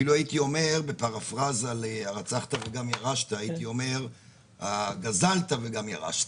אפילו בפרפרזה להרצחת וגם ירשת הייתי אומר הגזלת וגם ירשת?